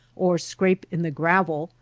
or scrape in the gravel,